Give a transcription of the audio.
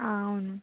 అవును